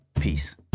peace